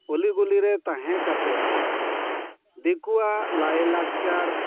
ᱩᱞᱤ ᱜᱩᱞᱤ ᱨᱮ ᱛᱟᱦᱮᱸ ᱠᱟᱛᱮᱫ ᱫᱤᱠᱩᱣᱟᱜ ᱞᱟᱭ ᱞᱟᱠᱪᱟᱨ